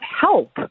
help